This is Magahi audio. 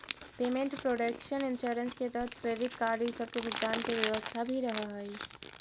पेमेंट प्रोटक्शन इंश्योरेंस के तहत क्रेडिट कार्ड इ सब के भुगतान के व्यवस्था भी रहऽ हई